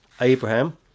Abraham